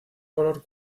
color